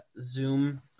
zoom